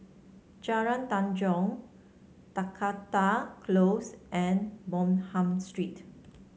Jalan Tanjong Dakota Close and Bonham Street